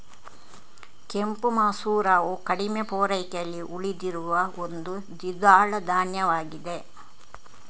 ಕೆಂಪು ಮಸೂರವು ಕಡಿಮೆ ಪೂರೈಕೆಯಲ್ಲಿ ಉಳಿದಿರುವ ಒಂದು ದ್ವಿದಳ ಧಾನ್ಯವಾಗಿದೆ